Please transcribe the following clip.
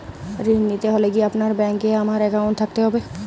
ঋণ নিতে হলে কি আপনার ব্যাংক এ আমার অ্যাকাউন্ট থাকতে হবে?